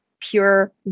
pure